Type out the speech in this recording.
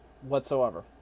whatsoever